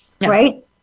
right